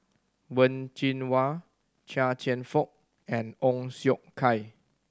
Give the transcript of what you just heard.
Wen Jinhua Chia Cheong Fook and Ong Siong Kai